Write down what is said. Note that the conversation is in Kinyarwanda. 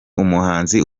umuhanzi